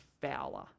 Fowler